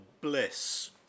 Bliss